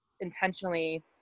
intentionally